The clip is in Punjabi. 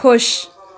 ਖੁਸ਼